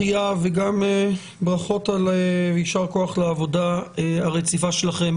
אחיה וגם ברכות ויישר כוח על העבודה הרציפה שלכם.